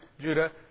Judah